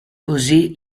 così